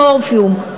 המורפיום,